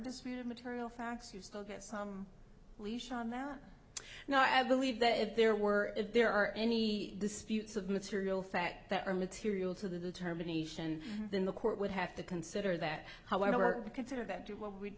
disputed material facts you still get some lesion on that now i believe that if there were if there are any disputes of material fact that are material to the determination then the court would have to consider that however consider that to the